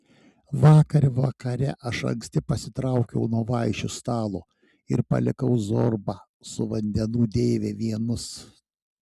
vakar vakare aš anksti pasitraukiau nuo vaišių stalo ir palikau zorbą su vandenų deive vienus